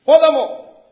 Furthermore